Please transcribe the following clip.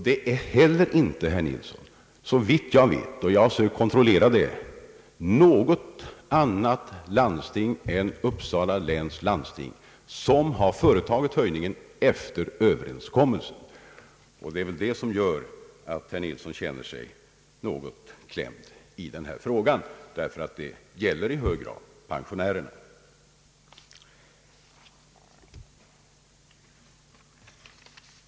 Det är heller inte, herr Nilsson, såvitt jag vet — och jag har försökt kontrollera det — något annat landsting än Uppsala läns som har företagit höjning efter överenskommelsen. Det är väl det som gör att herr Nilsson känner sig något klämd i denna fråga, därför att det i hög grad gäller pensionärerna.